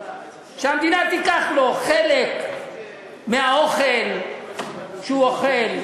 שהמדינה תיקח לו חלק מהאוכל שהוא אוכל,